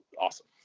awesome